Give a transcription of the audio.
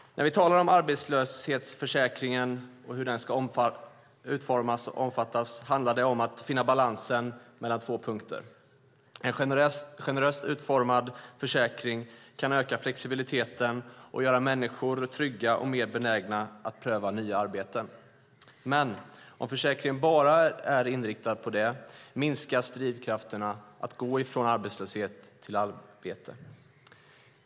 När vi talar om arbetslöshetsförsäkringen och hur den ska utformas handlar det om att finna balansen mellan två punkter. En generöst utformad försäkring kan öka flexibiliteten och göra människor trygga och mer benägna att pröva nya arbeten. Men om försäkringen bara är inriktad på detta minskas drivkrafterna att gå från arbetslöshet till arbete.